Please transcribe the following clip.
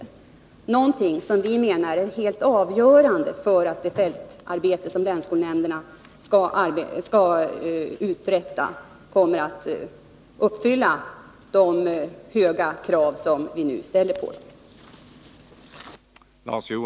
Det är någonting som vi menar är helt avgörande för att det fältarbete som länsskolnämnderna skall uträtta kommer att uppfylla de höga krav som vi nu ställer på det.